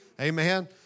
Amen